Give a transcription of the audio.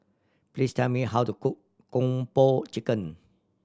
please tell me how to cook Kung Po Chicken